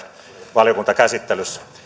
valiokuntakäsittelyssä